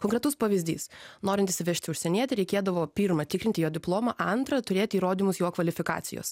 konkretus pavyzdys norint įsivežti užsienietį reikėdavo pirma tikrinti jo diplomą antra turėti įrodymus jo kvalifikacijos